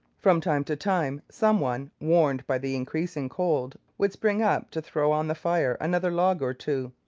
from time to time some one, warned by the increasing cold, would spring up to throw on the fire another log or two.